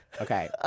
Okay